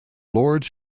lords